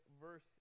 verse